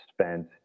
spent